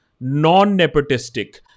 non-nepotistic